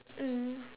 mm